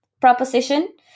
proposition